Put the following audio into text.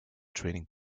training